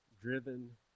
Driven